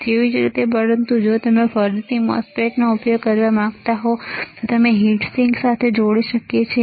તેવી જ રીતે પરંતુ જો તમે ફરીથી MOSFET નો ઉપયોગ કરવા માંગતા હો તો અમે તેને હીટ સિંક સાથે જોડી શકીએ છીએ